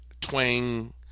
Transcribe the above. twang